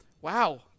Wow